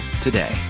today